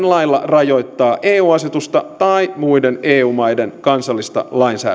rajoittaa eu asetusta tai muiden eu maiden kansallista lainsäädäntöä kolme